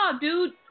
dude